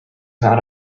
not